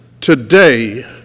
today